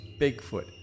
Bigfoot